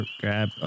Grab